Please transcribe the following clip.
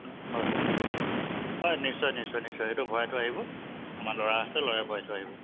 হয় হয় হয় নিশ্চয় নিশ্চয় নিশ্চয় এইটো ভৰাই থৈ আহিব আমাৰ ল'ৰা আছে ল'ৰাই ভৰাই থৈ আহিব